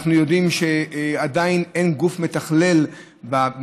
אנחנו יודעים שעדיין אין גוף מתכלל במדינה